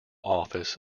office